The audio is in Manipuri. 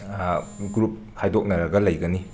ꯒ꯭ꯔꯨꯞ ꯈꯥꯏꯗꯣꯛꯅꯔꯒ ꯂꯩꯒꯅꯤ